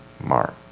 mark